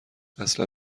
اصلا